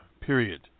period